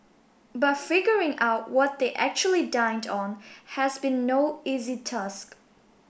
but figuring out what they actually dined on has been no easy task